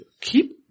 Keep